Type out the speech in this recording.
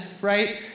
right